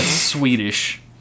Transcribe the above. Swedish